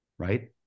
right